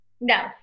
no